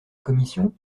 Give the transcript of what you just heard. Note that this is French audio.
commission